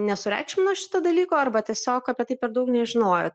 nesureikšmina šito dalyko arba tiesiog apie tai per daug nežinojo